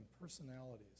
personalities